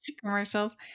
commercials